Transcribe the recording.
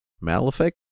Malefic